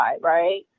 right